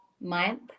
month